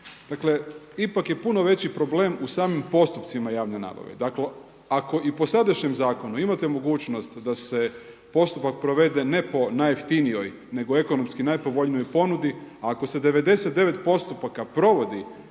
Dakle, ipak je puno veći problem u samim postupcima javne nabave. Dakle, ako i po sadašnjem zakonu imate mogućnost da se postupak provede ne po najjeftinijoj, nego ekonomski najpovoljnijoj ponudi. Ako se 99 postupaka provodi